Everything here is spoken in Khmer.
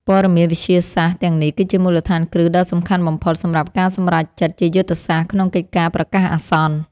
ព័ត៌មានវិទ្យាសាស្ត្រទាំងនេះគឺជាមូលដ្ឋានគ្រឹះដ៏សំខាន់បំផុត សម្រាប់ការសម្រេចចិត្តជាយុទ្ធសាស្ត្រក្នុងកិច្ចការប្រកាសអាសន្ន។